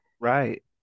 right